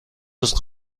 روز